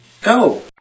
Go